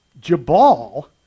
Jabal